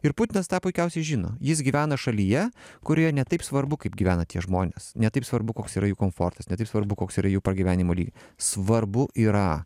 ir putinas tą puikiausiai žino jis gyvena šalyje kurioje ne taip svarbu kaip gyvena tie žmonės ne taip svarbu koks yra jų komfortas ne taip svarbu koks yra jų pragyvenimo lyg svarbu yra